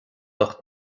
ucht